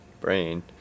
brain